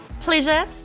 pleasure